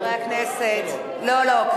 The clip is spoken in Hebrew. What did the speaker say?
היושבת-ראש, זה לא, אין לך בושה.